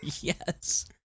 Yes